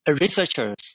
researchers